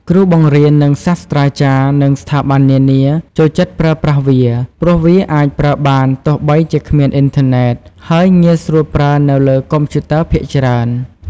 គ្រូបង្រៀន និងសាស្ត្រាចារ្យ និងស្ថាប័ននានាចូលចិត្តប្រើប្រាស់វា ព្រោះវាអាចប្រើបានទោះបីជាគ្មានអ៊ីនធឺណេត ហើយងាយស្រួលប្រើនៅលើកុំព្យូទ័រភាគច្រើន។